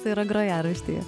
tai yra grojaraštyje